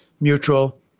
mutual